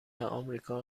آمریکا